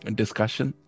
discussion